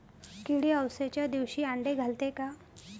किडे अवसच्या दिवशी आंडे घालते का?